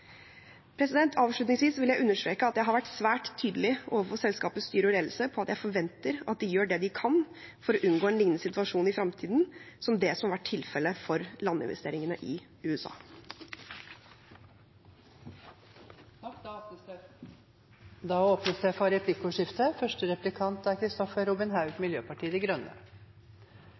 Avslutningsvis vil jeg understreke at jeg har vært svært tydelig overfor selskapets styre og ledelse på at jeg forventer at de gjør det de kan for å unngå en liknende situasjon i fremtiden, som det som har vært tilfellet for landinvesteringene i USA. Det blir replikkordskifte. Vi setter pris på å høre at statsråden har en tydelig tone overfor selskapene. Men de